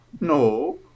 No